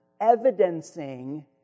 evidencing